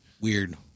Weird